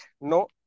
No